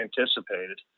anticipated